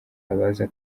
abaza